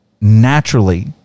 naturally